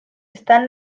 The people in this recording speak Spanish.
están